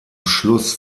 schluss